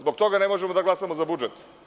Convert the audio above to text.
Zbog toga ne možemo da glasamo za budžet.